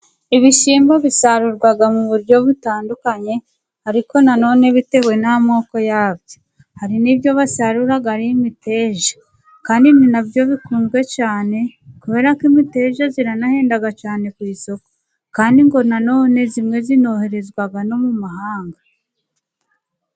Ibishyimbo bisarurwa mu buryo butandukanye, ariko nanone bitewe n'amoko yabyo; hari nk'ibyo basarura ari imiteja kandi ni nabyo bikunzwe cyane, kubera ko in imiteja iranahendaga cyane ku isoko, kandi ngo nanone imwe inoherezwa no mu mahanga.